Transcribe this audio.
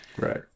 Right